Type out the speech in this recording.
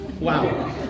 Wow